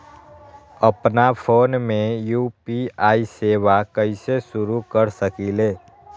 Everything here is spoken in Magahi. अपना फ़ोन मे यू.पी.आई सेवा कईसे शुरू कर सकीले?